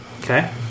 Okay